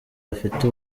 bafite